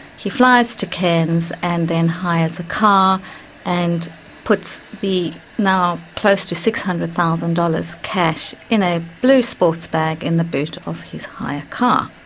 he flies to cairns and then hires a car and puts the now close to six hundred thousand dollars cash in a blue sports bag in the boot of his hire car.